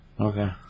Okay